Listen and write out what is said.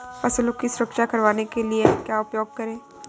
फसलों की सुरक्षा करने के लिए क्या उपाय करें?